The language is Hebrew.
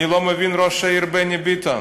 אני לא מבין את ראש העיר בני ביטון: